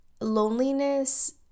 loneliness